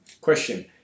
Question